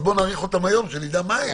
אז בואו נאריך אותם היום שנדע מה הם.